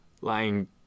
lying